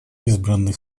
избранных